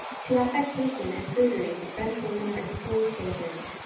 to affectation and prudery the french women are equally strangers.